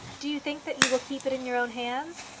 do you think that you will keep it in your own hands?